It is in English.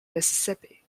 mississippi